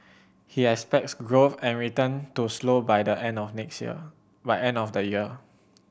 he expects growth and return to slow by the end of the next year by end of the year